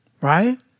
right